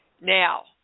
Now